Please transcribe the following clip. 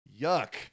Yuck